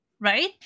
right